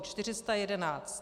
411.